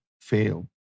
fail